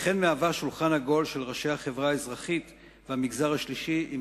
וכן משמשת שולחן עגול של ראשי החברה האזרחית במגזר השלישי עם